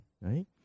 Right